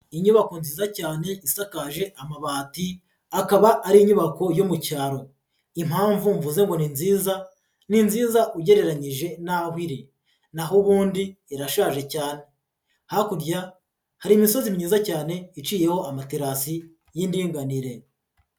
Inyubako nziza cyane isakaje amabati, akaba ari inyubako yo mu cyaro. Impamvu mvuze ngo ni nziza, ni nziza ugereranyije n'aho iri. Naho ubundi irashaje cyane. Hakurya hari imisozi myiza cyane iciyeho amaterasi y'indinganire.